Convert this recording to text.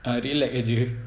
ah relax jer